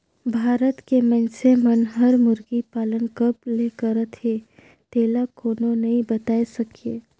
भारत के मइनसे मन हर मुरगी पालन कब ले करत हे तेला कोनो नइ बताय सके